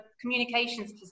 communications